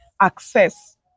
access